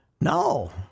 No